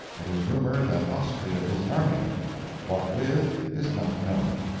it is rumoured that austria is arming what with, is not known.